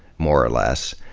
more or less,